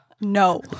No